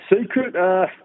Secret